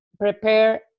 prepare